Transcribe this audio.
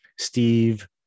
Steve